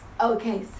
okay